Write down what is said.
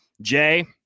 Jay